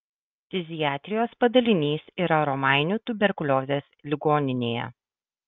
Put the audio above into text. ftiziatrijos padalinys yra romainių tuberkuliozės ligoninėje